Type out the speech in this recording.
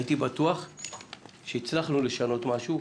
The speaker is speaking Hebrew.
הייתי בטוח שהצלחנו לשנות משהו.